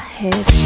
head